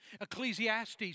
Ecclesiastes